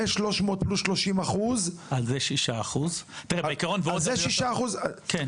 5,300 ₪+ 30% --- על זה 6% --- ההבדל הוא עצום בין